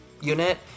unit